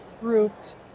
grouped